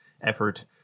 effort